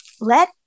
Let